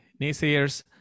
naysayers